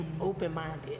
open-minded